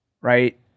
right